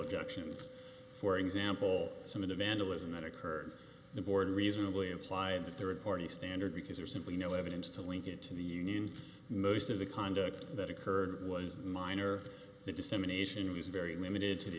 objections for example some of the vandalism that occurred the board reasonably implied the third party standard because there's simply no evidence to link it to the union most of the conduct that occurred was minor the dissemination is very limited to the